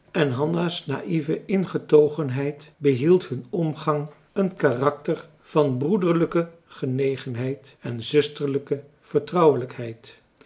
en hanna's naïeve ingetogenheid behield hun omgang een karakter van broederlijke genegenheid en zusterlijke vertrouwelijkheid